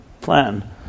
plan